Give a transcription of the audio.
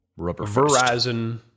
Verizon